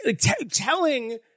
telling